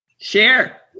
share